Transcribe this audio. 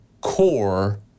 core